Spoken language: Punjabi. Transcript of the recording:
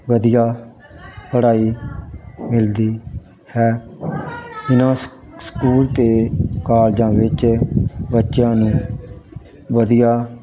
ਵਧੀਆ ਪੜ੍ਹਾਈ ਮਿਲਦੀ ਹੈ ਇਹਨਾਂ ਸਕੂਲ ਅਤੇ ਕਾਲਜਾਂ ਵਿੱਚ ਬੱਚਿਆਂ ਨੂੰ ਵਧੀਆ